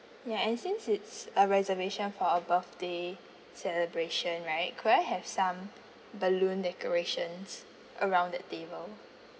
ya and since it's a reservation for a birthday celebration right could I have some balloon decorations around that table